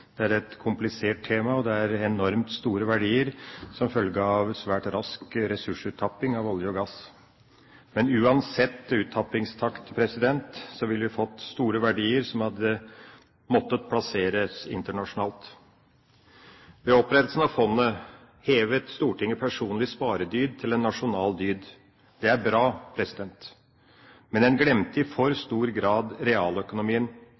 Det er et komplisert tema, og det er enormt store verdier som følge av svært rask ressursuttapping av olje og gass. Men uansett uttappingstakt ville vi fått store verdier som hadde måttet plasseres internasjonalt. Ved opprettelsen av fondet hevet Stortinget personlig sparedyd til en nasjonal dyd. Det er bra! Men en glemte i for stor grad realøkonomien.